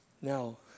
Now